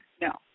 No